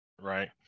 right